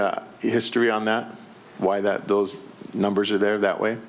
the history on that why that those numbers are there that way